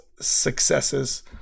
successes